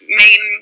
main